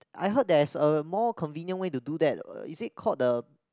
I heard there is a more convenient way to do that is it called the